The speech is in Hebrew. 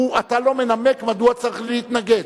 אתה לא מנמק מדוע צריך להתנגד.